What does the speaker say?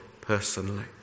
personally